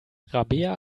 rabea